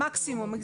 מקסימום.